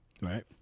Right